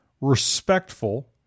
respectful